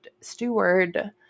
steward